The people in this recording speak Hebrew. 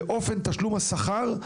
ואופן תשלום השכר,